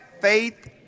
faith